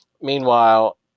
Meanwhile